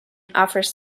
offers